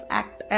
act